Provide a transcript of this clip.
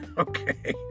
Okay